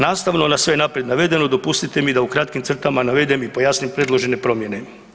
Nastavno na sve naprijed navedeno dopustite mi da u krajnjim crtama navedem i pojasnim predložene promjene.